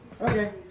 Okay